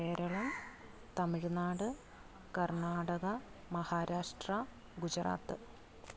Keralam Tamil Nadu Karnataka Maharashtra Gujarat